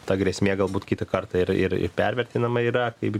ta grėsmė galbūt kitą kartą ir ir ir pervertinama yra kaip